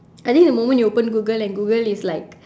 I think the moment you open google and google is like